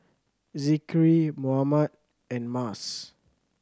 Zikri Muhammad and Mas